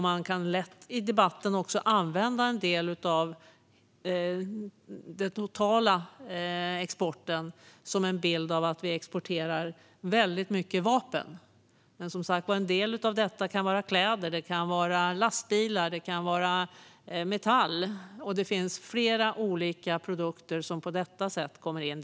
Man kan också i debatten lätt använda en del av den totala exporten för att ge en bild av att vi exporterar väldigt mycket vapen. Men, som sagt var, en del av detta kan vara kläder. Det kan vara lastbilar eller metall. Det finns flera olika produkter som kommer in på detta sätt.